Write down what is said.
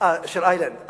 של איילנד.